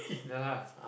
ya lah